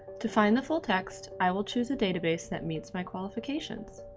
to find the full text, i will choose a database that meets my qualifications.